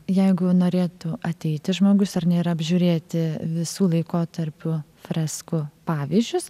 jeigu norėtų ateiti žmogus ar nėra apžiūrėti visų laikotarpių freskų pavyzdžius